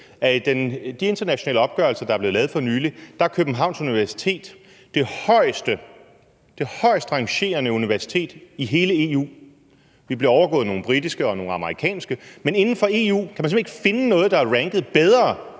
i de internationale opgørelser, der er blevet lavet for nylig, er Københavns Universitet det højest rangerende universitet i hele EU. Vi bliver overgået af nogle britiske og nogle amerikanske, men inden for EU kan man simpelt hen ikke finde noget, der er ranket bedre